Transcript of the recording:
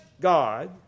God